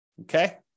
Okay